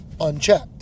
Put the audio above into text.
unchecked